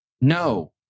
No